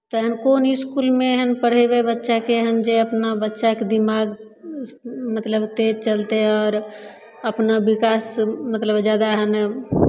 तहन कोन इसकुलमे एहन पढ़यबै बच्चाके जे हम जे बच्चाके दिमाग मतलब तेज चलतै आओर अपना विकास मतलब जादा हइ ने